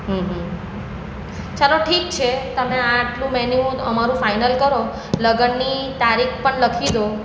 હમ હમ ચાલો ઠીક છે તમે આ આટલું મેન્યૂ અમારું ફાઇનલ કરો લગનની તારીખ પણ લખી દો